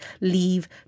leave